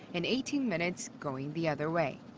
and eighteen minutes going the other way.